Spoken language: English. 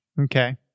Okay